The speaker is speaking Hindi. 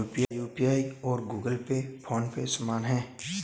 क्या यू.पी.आई और गूगल पे फोन पे समान हैं?